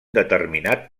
determinat